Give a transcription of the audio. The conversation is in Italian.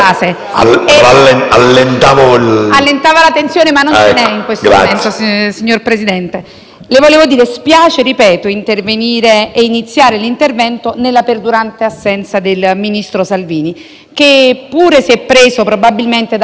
Le volevo dire che spiace iniziare l'intervento nella perdurante assenza del ministro Salvini che, pure se preso probabilmente da qualche sua presenza televisiva, ci auguravamo che a un certo punto si rendesse conto non